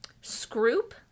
Scroop